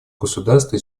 государства